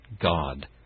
God